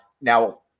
Now